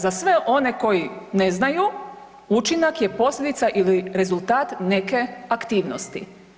Za sve one koji ne znaju učinak je posljedica ili rezultat neke aktivnosti.